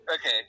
Okay